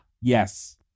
Yes